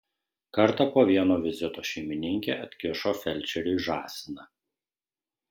kartą po vieno vizito šeimininkė atkišo felčeriui žąsiną